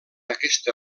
aquesta